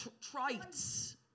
trite